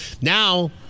Now